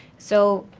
so